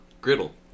griddle